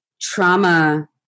trauma